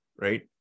right